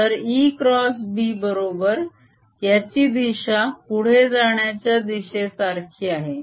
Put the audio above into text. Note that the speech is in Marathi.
तर E क्रॉस B बरोबर - याची दिशा पुढे जाण्याच्या दिशेसारखी आहे